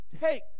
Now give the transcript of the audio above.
Take